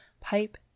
pipe